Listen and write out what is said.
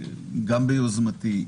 גם ביוזמתי,